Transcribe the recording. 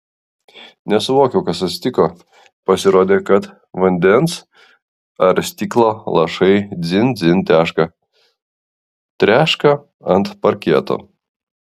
nesuvokiau kas atsitiko pasirodė kad vandens ar stiklo lašai dzin dzin teška treška ant parketo